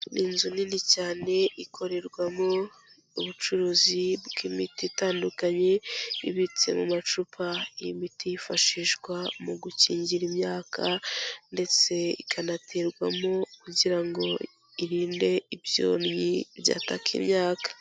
Ni nzu nini cyane ikorerwamo ubucuruzi bw'imiti itandukanye ibitse mu macupa, iy'imiti yifashishwa mu gukingira imyaka ndetse ikanaterwamo kugira ngo irinde ibyonyi byataka imyaka.